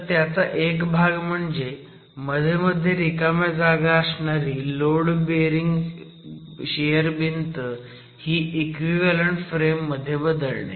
तर त्याचा एक भाग म्हणजे मध्ये मध्ये रिकाम्या जागा असणारी लोड बिअरिंग शियर भिंत ही इक्विव्हॅलंट फ्रेम मध्ये बदलणे